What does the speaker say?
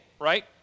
right